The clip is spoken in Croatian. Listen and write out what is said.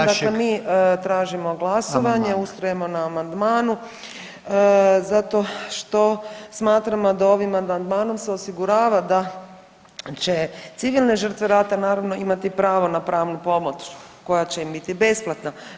Dakle, mi tražimo glasovanje ustrajemo na amandmanu zato što smatramo da ovim amandmanom se osigurava da će civilne žrtve rata naravno imati pravo na pravnu pomoć koja će im biti besplatna.